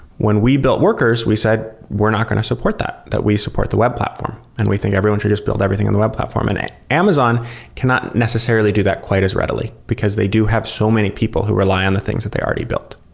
when we built workers, we said we're not going to support, that we we support the web platform and we think everyone should just build everything in the web platform. and amazon cannot necessarily do that quite as readily, because they do have so many people who rely on the things that they already built.